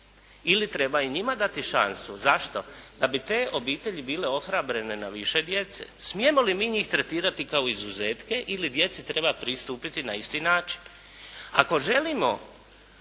ili treba i njima dati šansu. Zašto? Da bi te obitelji bile ohrabrene na više djece. Smijemo li mi njih tretirati kao izuzetke ili djeci treba pristupiti na isti način?